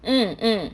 mm mm